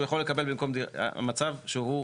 זה מצב שהוא,